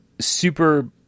super